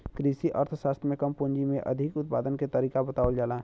कृषि अर्थशास्त्र में कम पूंजी में अधिक उत्पादन के तरीका बतावल जाला